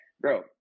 bro